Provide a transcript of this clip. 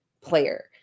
player